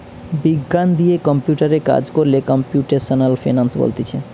বিজ্ঞান দিয়ে কম্পিউটারে কাজ কোরলে কম্পিউটেশনাল ফিনান্স বলতিছে